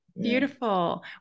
beautiful